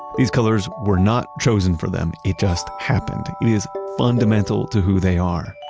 these colors were not chosen for them, it just happened. it is fundamental to who they are